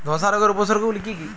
ধসা রোগের উপসর্গগুলি কি কি?